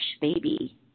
baby